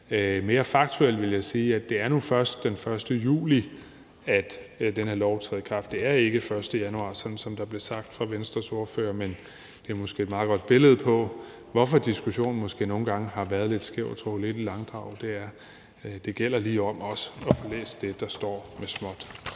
Mere faktuelt vil jeg sige, at det nu først er den 1. juli, at den her lov træder i kraft. Det er ikke den 1. januar, sådan som der bliver sagt af Venstres ordfører. Men det er måske et meget godt billede på, hvorfor diskussionen nogle gange har været lidt skæv og trukket lidt i langdrag. Det gælder også lige om at få læst det, der står med småt.